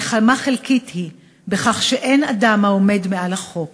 נחמה חלקית היא בכך שאין אדם העומד מעל החוק".